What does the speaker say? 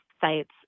sites